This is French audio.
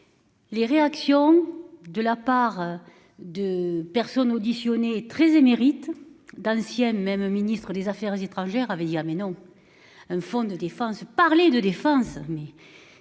Les réactions de la part. De personnes auditionnées 13 émérite d'anciennes même Ministre des Affaires étrangères avait dit ah mais non. Un fonds de défense parler de défense mais